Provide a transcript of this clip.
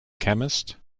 chemist